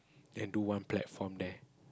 and do one platform there